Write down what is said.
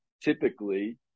typically